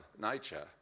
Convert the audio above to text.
nature